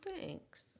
thanks